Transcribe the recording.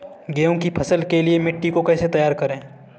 गेहूँ की फसल के लिए मिट्टी को कैसे तैयार करें?